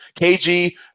KG